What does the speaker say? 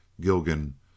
Gilgan